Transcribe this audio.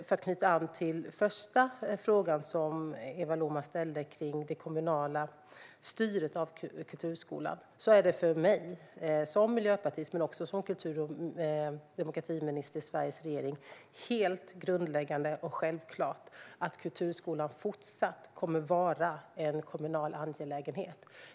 För att knyta an till den första frågan som Eva Lohman ställde om den kommunala kulturskolan är det för mig som miljöpartist men också som kultur och demokratiminister i Sveriges regering helt grundläggande och självklart att kulturskolan fortsatt kommer att vara en kommunal angelägenhet.